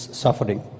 suffering